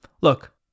Look